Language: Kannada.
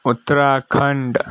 ಉತ್ತರಾಖಂಡ್